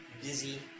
busy